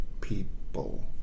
people